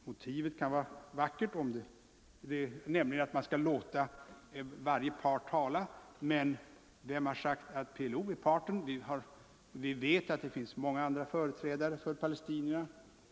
Motivet kan vara vackert, nämligen att man skall låta varje part komma till tals — men vem har sagt att PLO är parten? Vi vet att det finns många andra företrädare för palestinierna.